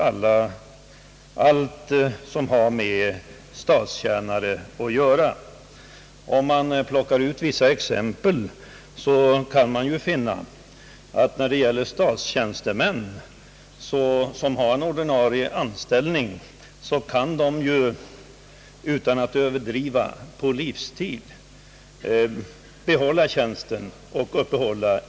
Statstjänstemän som har ordinarie anställning det visar många exempel — kan på livstid behålla sin ordinarie tjänst och samtidigt uppehålla en annan icke-ordinarie tjänst; det är ingen överdrift att göra det påståendet.